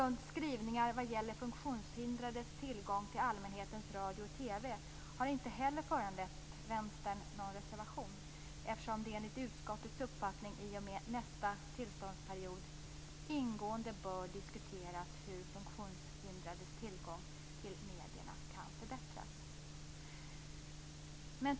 De skrivningar som gäller funktionshindrades tillgång till allmänhetens radio och TV har inte heller föranlett Vänstern någon reservation, eftersom det enligt utskottets uppfattning i och med nästa tillståndsperiod ingående bör diskuteras hur funktionshindrades tillgång till medierna kan förbättras.